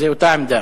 זו אותה עמדה.